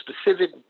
specific